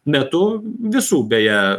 metu visų beje